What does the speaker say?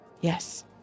Yes